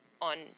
on